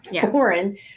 foreign